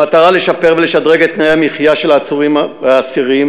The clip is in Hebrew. במטרה לשפר ולשדרג את תנאי המחיה של העצורים והאסירים